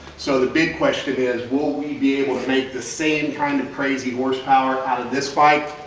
so the big question is will we be able to make the same kind of crazy horsepower out of this bike?